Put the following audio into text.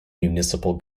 municipal